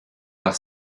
nach